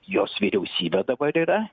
jos vyriausybė dabar yra